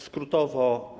Skrótowo.